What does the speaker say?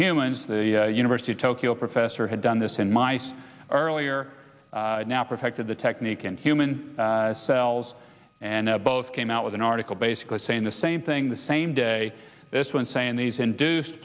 humans the university of tokyo professor had done this in mice earlier now protected the technique in human cells and both came out with an article basically saying the same thing the same day when saying these induced